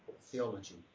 theology